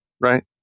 right